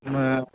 ಹಾಂ